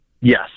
Yes